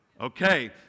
Okay